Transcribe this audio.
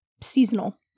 seasonal